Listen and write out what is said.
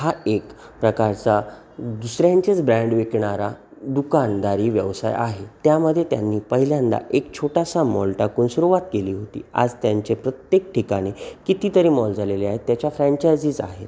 हा एक प्रकारचा दुसऱ्यांचेच ब्रँड विकणारा दुकानदारी व्यवसाय आहे त्यामध्ये त्यांनी पहिल्यांदा एक छोटासा मॉल टाकून सुरूवात केली होती आज त्यांचे प्रत्येक ठिकाणी कितीतरी मॉल झालेले आहेत त्याच्या फ्रँचायझीस आहेत